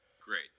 Great